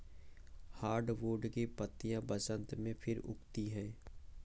hardwood की पत्तियां बसन्त में फिर उगती हैं